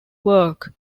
work